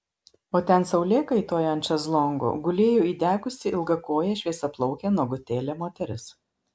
o ten saulėkaitoje ant šezlongo gulėjo įdegusi ilgakojė šviesiaplaukė nuogutėlė moteris